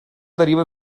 deriva